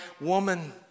woman